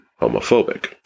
homophobic